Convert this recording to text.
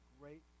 great